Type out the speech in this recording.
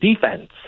defense